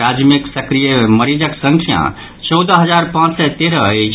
राज्य मे सक्रिय मरीजक संख्या चौदह हजार पांच सय तेरह अछि